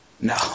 No